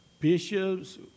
bishops